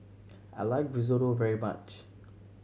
I like Risotto very much